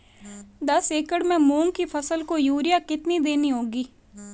दस एकड़ में मूंग की फसल को यूरिया कितनी देनी होगी?